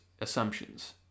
assumptions